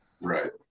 Right